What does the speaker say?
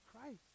Christ